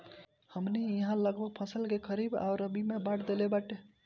हमनी इहाँ लगभग फसल के खरीफ आ रबी में बाँट देहल बाटे